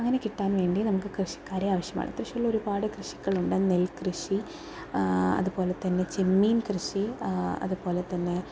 അങ്ങനെ കിട്ടാൻ വേണ്ടി നമുക്ക് കൃഷിക്കാരെ ആവശ്യമാണ് തൃശ്ശൂരിൽ ഒരുപാട് കൃഷികളുണ്ട് നെല്ല് കൃഷി അതുപോലെതന്നെ ചെമ്മീൻ കൃഷി അതുപോലെതന്നെ